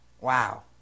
wow